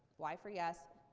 y for yes,